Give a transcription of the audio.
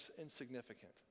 insignificant